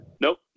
nope